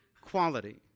quality